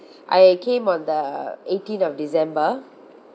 I came on the eighteenth of december